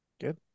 Good